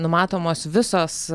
numatomos visos